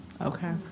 Okay